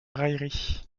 raillerie